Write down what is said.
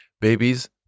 babies